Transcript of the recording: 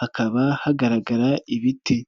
hakaba hagaragara ibiti.